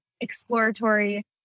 exploratory